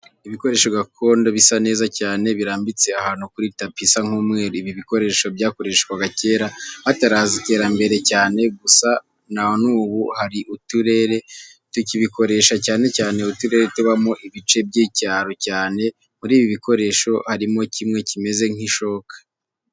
Ibikoresho gakondo bisa neza cyane birambitse ahantu kuri tapi isa nk'umweru. Ibi bikoresho byakoreshwaga kera hataraza iterambere cyane gusa na n'ubu hari uturere tukibikoresha cyane cyane uturere tubamo ibice by'icyaro cyane. Muri ibi bikoresho harimo kimwe kimeze nk'ishoka.